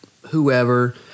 whoever